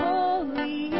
Holy